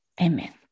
amen